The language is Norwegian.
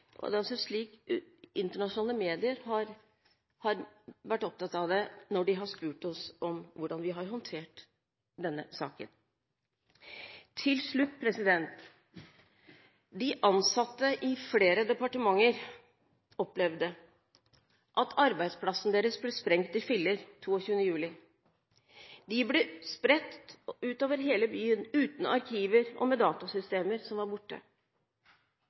Internasjonale medier har vært opptatt av det når de har spurt oss om hvordan vi har håndtert denne saken. Til slutt: De ansatte i flere departementer opplevde at arbeidsplassen deres ble sprengt i filler 22. juli. De ble spredt utover hele byen, uten arkiver og med datasystemer som var borte.